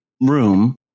room